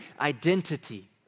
identity